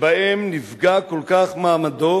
שבהם נפגע כל כך מעמדו